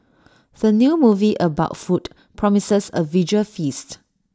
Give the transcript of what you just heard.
the new movie about food promises A visual feast